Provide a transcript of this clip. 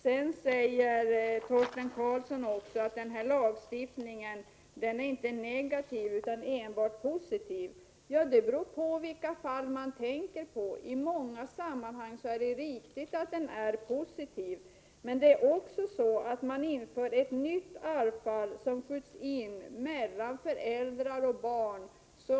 Sedan säger Torsten Karlsson att lagstiftningen inte är negativ utan enbart positiv. Det beror på vilka fall man tänker på. Det är riktigt att den är positiv i många sammanhang, men det införs också ett nytt arvsfall, som skjuts in mellan föräldrar och barn.